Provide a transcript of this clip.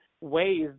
ways